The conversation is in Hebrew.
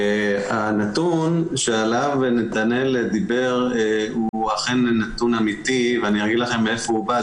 הנתון שעליו נתנאל דיבר הוא אכן ואני אגיד לכם מאיפה הוא בא,